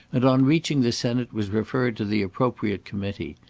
and, on reaching the senate, was referred to the appropriate committee.